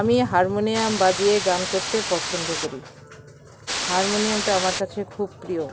আমি হারমোনিয়াম বাজিয়ে গান করতে পছন্দ করি হারমোনিয়ামটা আমার কাছে খুব প্রিয়